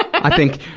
i think,